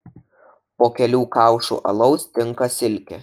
po kelių kaušų alaus tinka silkė